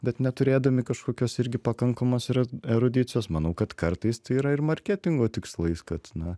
bet neturėdami kažkokios irgi pakankamos ir erudicijos manau kad kartais tai yra ir marketingo tikslais kad na